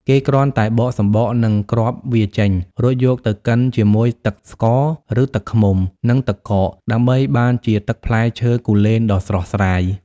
គេគ្រាន់តែបកសំបកនិងគ្រាប់វាចេញ រួចយកទៅកិនជាមួយទឹកស្ករ ឬទឹកឃ្មុំ និងទឹកកក ដើម្បីបានជាទឹកផ្លែឈើគូលែនដ៏ស្រស់ស្រាយ។